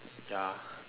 ya